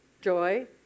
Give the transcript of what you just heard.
Joy